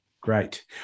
Great